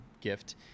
gift